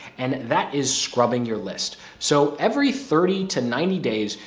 and that is scrubbing your list. so every thirty to ninety days,